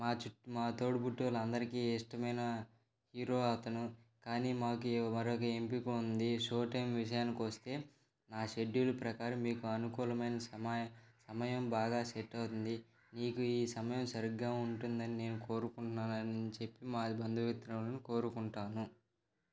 మా చుట్ మా తోడుబుట్టువుల అందరికీ ఇష్టమైనా హీరో అతను కానీ మాకి మరొక ఎంపిక ఉంది షో టైం విషయానికి వస్తే నా షెడ్యూల్ ప్రకారం మీకు అనుకూలమైన సమాయ్ సమయం బాగా సెట్ అవుతుంది నీకు ఈ సమయం సరిగ్గా ఉంటుందని నేను కోరుకుంటున్నాననిని చెప్పి మా బంధుమిత్రులను కోరుకుంటాను